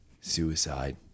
suicide